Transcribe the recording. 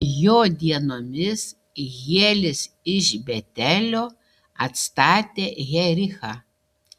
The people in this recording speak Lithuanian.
jo dienomis hielis iš betelio atstatė jerichą